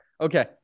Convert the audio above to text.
Okay